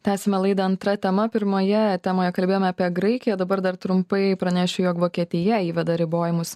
tęsiame laidą antra tema pirmoje temoje kalbėjome apie graikiją dabar dar trumpai pranešiu jog vokietija įveda ribojimus